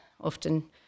Often